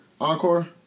Encore